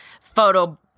photo